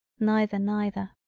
neither neither.